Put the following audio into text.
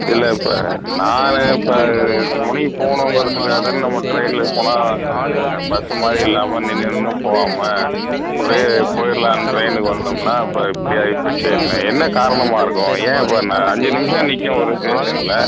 இதில் இப்போ நான் இப்போ இத்தனை மணிக்கு போணுங்கிறதுக்காக தான நம்ம ட்ரெயின்ல போனால் பஸ்ஸு மாதிரி இல்லாமல் நின்று நின்று போகாம அப்படியே போயிடலான்னு ட்ரெயினுக்கு வந்தோம்னால் இப்போ இப்படி ஆகிப்போச்சே என்ன என்ன காரணமாக இருக்கும் ஏன் இவ்வளோ ந அஞ்சு நிமிடம் நிற்கும் ஒரு ஸ்டேஷன்ல